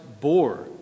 bore